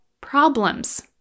problems